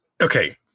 Okay